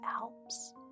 Alps